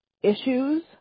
issues